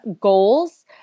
goals